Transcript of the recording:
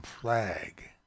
flag